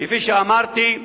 כפי שאמרתי,